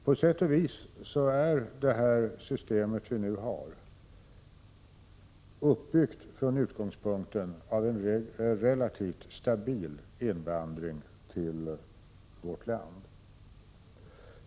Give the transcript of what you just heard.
På sätt och vis är det system vi nu har uppbyggt från utgångspunkten av en relativt stabil invandring till vårt land.